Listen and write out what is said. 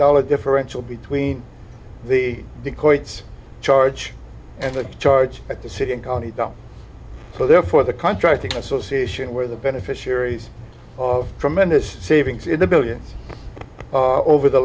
dollar differential between the the courts charge and the charge at the city and county therefore the contracting association where the beneficiaries of tremendous savings in the billions over the